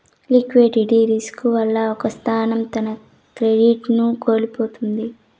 liquidity risk వల్ల ఒక సంస్థ తన క్రెడిట్ ను కోల్పోతుంది